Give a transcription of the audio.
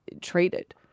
treated